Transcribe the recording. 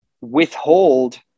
withhold